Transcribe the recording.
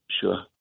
Sure